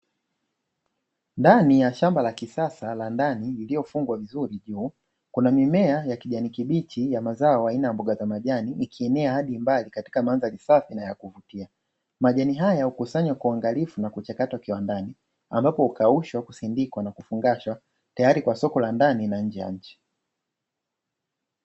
Ndani ya shamba la kisasa la ndani lililofungwa vizuri juu kuna mimea ya kijani kibichi ya mazao aina ya mboga za majani ikienea hadi mbali katika mandhari safi na ya kuvutia. Majani haya hukusanywa kwa uangalifu na kuchakatwa kiwandani ambapo hukaushwa, kusindikwa na kufungashwa tayari kwa soko la ndani na nje ya nchi.